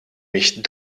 mich